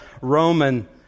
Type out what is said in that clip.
Roman